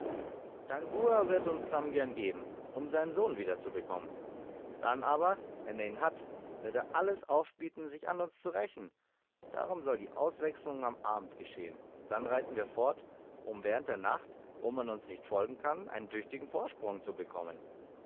wird uns sam gern geben um seinen sohn wieder zu bekommen dann aber wenn er ihn hat wird er alles aufbieten sich an uns zu rächen darum soll die auswechslung am abend geschehen und dann reiten wir fort um während der nacht wo man uns nicht folgen kann einen tüchtigen vorsprung zu bekommen